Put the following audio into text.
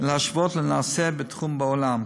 ולהשוות לנעשה בתחום בעולם,